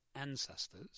ancestors